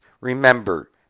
remember